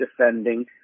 Defending